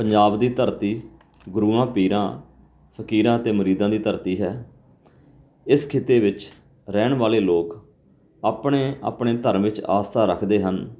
ਪੰਜਾਬ ਦੀ ਧਰਤੀ ਗੁਰੂਆਂ ਪੀਰਾਂ ਫਕੀਰਾਂ ਅਤੇ ਮੁਰੀਦਾਂ ਦੀ ਧਰਤੀ ਹੈ ਇਸ ਖਿੱਤੇ ਵਿੱਚ ਰਹਿਣ ਵਾਲੇ ਲੋਕ ਆਪਣੇ ਆਪਣੇ ਧਰਮ ਵਿੱਚ ਆਸਥਾ ਰੱਖਦੇ ਹਨ